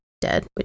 dead